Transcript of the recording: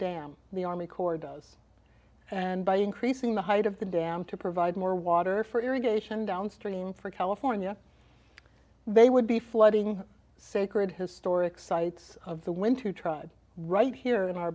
dam the army corps does and by increasing the height of the dam to provide more water for irrigation downstream for california they would be flooding sacred historic sites of the winter tried right here in our